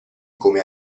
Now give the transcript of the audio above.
come